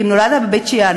כי אם נולדת בבית-שאן,